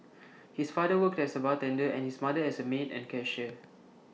his father worked as A bartender and his mother as A maid and cashier